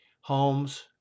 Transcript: Homes